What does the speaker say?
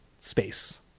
space